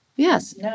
Yes